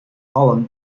holland